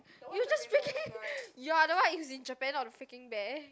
you just freaking you are the one who's in Japan not the freaking bear